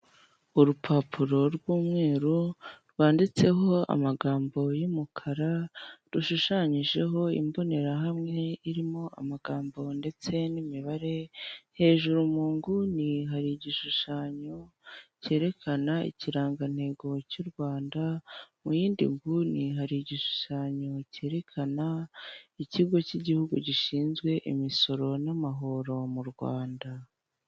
Urupapuro rw'umweru rwanditseho amagambo y'umukara, rushushanyijeho imbonerahamwe irimo amagambo ndetse n'imibare, hejuru mu nguni hari igishushanyo cyerekana ikirangantego cy'u Rwanda, mu yindi nguni hari igishushanyo cyerekana ikigo cy'igihugu gishinzwe imisoro n'amahoro mu Rwanda.